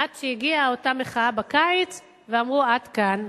עד שהגיעה אותה מחאה בקיץ, ואמרו: עד כאן.